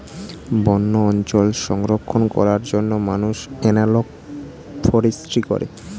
বন্য অঞ্চল সংরক্ষণ করার জন্য মানুষ এনালগ ফরেস্ট্রি করে